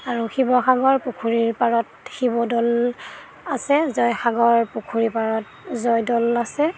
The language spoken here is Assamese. আৰু শিৱসাগৰ পুখুৰীৰ পাৰত শিৱদ'ল আছে জয়সাগৰ পুখুৰীৰ পাৰত জয়দ'ল আছে